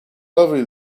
lovely